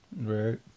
Right